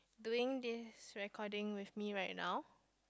doing this recording with me right now